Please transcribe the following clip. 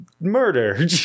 murder